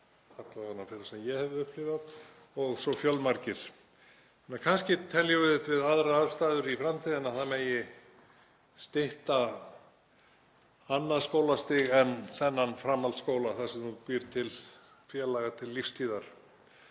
alla vega þau sem ég hef upplifað og svo fjölmargir aðrir. Kannski teljum við við aðrar aðstæður í framtíðinni að það megi stytta annað skólastig en þennan framhaldsskóla þar sem þú býrð til félaga til lífstíðar.